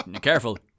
Careful